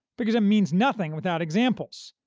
because it means nothing without examples.